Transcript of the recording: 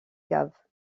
cave